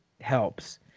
helps